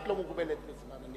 את לא מוגבלת בזמן.